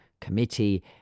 Committee